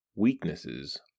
Weaknesses